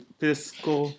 fiscal